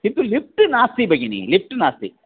किन्तु लिफ़्ट् नास्ति भगिनि लिफ़्ट् नास्ति